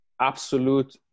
absolute